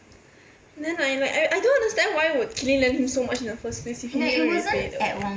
then I like I I don't understand why would kelene lend him so much in the first place if she knew he wouldn't repay